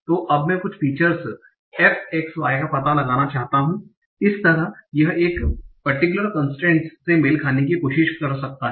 तो अब मैं कुछ फीचर्स f x y का पता लगाना चाहता हूं इस तरह यह इस परटिक्युलर कंसट्रैंटस से मेल खाने की कोशिश कर सकता है